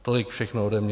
Tolik všechno ode mě.